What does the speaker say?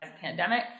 pandemic